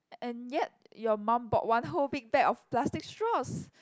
and yet your mum bought one whole big pack of plastic straws